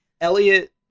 Elliot